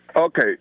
Okay